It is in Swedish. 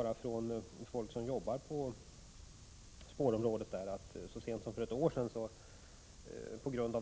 Enligt personal som jobbar på spårområdet hände det så sent som för ett år sedan att ett tåg spårade ur